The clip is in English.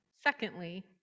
secondly